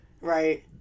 right